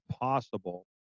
possible